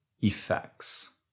Effects